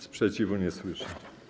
Sprzeciwu nie słyszę.